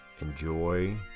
enjoy